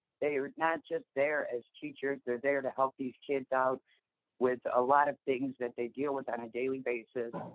they are not just there as teachers they're there to help these kids out with a lot of things that they deal with on a daily basis.